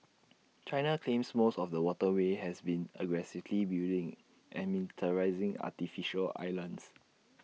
China claims most of the waterway and has been aggressively building and militarising artificial islands